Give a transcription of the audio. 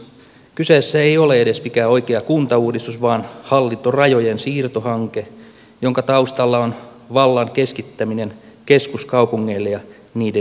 kyseessä ei ole edes mikään oikea kuntauudistus vaan hallintorajojen siirtohanke jonka taustalla on vallan keskittäminen keskuskaupungeille ja niiden eliitille